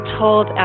told